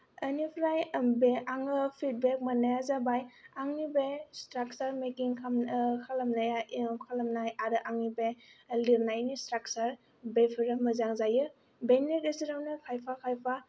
बेनिफ्राय बे आङो फिडबेक मोननाया जाबाय आंनि बे स्ट्राक्सार मिटिं खामनाय खालामनाया खालामनाय आरो आंनि बे लिरनायनि स्ट्राक्सार बेफोरो मोजां जायो बेनि गेजेरावनो खायफा खायफा